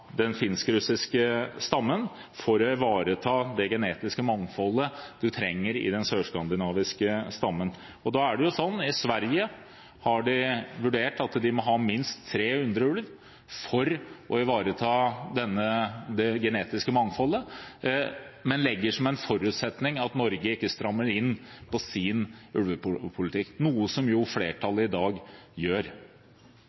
den finsk-russiske stammen for å ivareta det genetiske mangfoldet en trenger i den sørskandinaviske stammen. I Sverige har de vurdert at de må ha minst 300 ulv for å ivareta det genetiske mangfoldet, men de legger som en forutsetning at Norge ikke strammer inn på sin ulvepolitikk, noe flertallet i dag gjør, og det kan få som